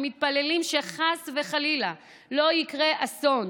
שמתפללים שחס וחלילה לא יקרה אסון.